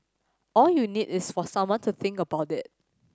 all you need is for someone to think about it